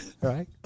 right